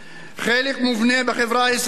חלק מובנה בחברה הישראלית,